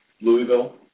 Louisville